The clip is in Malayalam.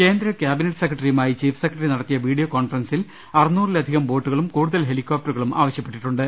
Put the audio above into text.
കേന്ദ്ര ക്യാബിനറ്റ് സെക്രട്ടറിയുമായി ചീഫ് സെക്രട്ടറി നട ത്തിയ വീഡിയോ കോൺഫറൻസിൽ അറുനൂറിലധികം ബോട്ടുകളും കൂടു തൽ ഹെലികോപ്ടറുകളും ആവശ്യപ്പെട്ടിട്ടുണ്ട്